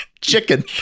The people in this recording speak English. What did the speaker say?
Chicken